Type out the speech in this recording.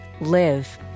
live